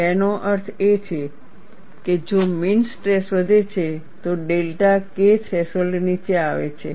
તેનો અર્થ એ કે જો મીન સ્ટ્રેસ વધે છે તો ડેલ્ટા K થ્રેશોલ્ડ નીચે આવે છે